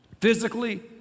physically